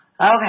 Okay